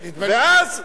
ואז,